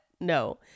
no